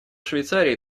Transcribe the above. швейцарии